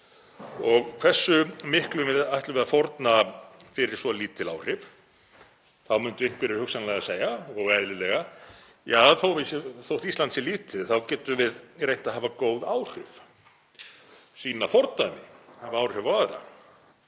Hversu miklu við ætlum við að fórna fyrir svo lítil áhrif? Þá myndu einhverjir hugsanlega segja, og eðlilega: Ja, þótt Ísland sé lítið þá getum við reynt að hafa góð áhrif, sýna fordæmi, hafa áhrif á